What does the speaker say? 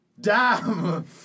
Damn